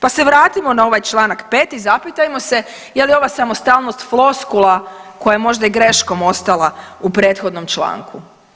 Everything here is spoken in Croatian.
Pa se vratimo na ovaj Članak 5. i zapitajmo se je li ova samostalnost floskula koja je možda i greškom ostala u prethodnom članku.